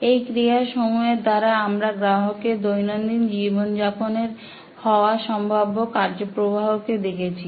এই ক্রিয়াসমূহের দ্বারা আমরা গ্রাহকের দৈনন্দিন জীবনযাপনে হওয়া সম্ভাব্য কার্য প্রবাহ কে দেখেছি